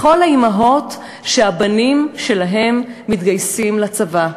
לכל האימהות שהבנים שלהן מתגייסים לצבא: